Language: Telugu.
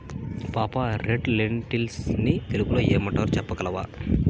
పాపా, రెడ్ లెన్టిల్స్ ని తెలుగులో ఏమంటారు చెప్పగలవా